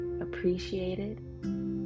appreciated